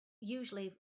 usually